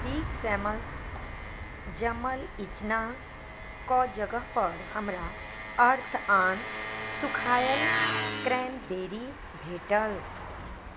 big Sam's जमल इचनाक जगहपर हमरा अर्थऑन सुखायल क्रैनबेरी भेटल